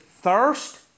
Thirst